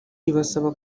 ibasaba